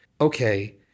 okay